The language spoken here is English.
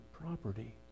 property